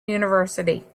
university